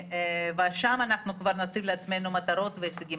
ושם כבר נציב לעצמנו מטרות והישגים.